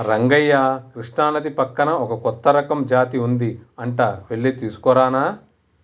రంగయ్య కృష్ణానది పక్కన ఒక కొత్త రకం జాతి ఉంది అంట వెళ్లి తీసుకురానా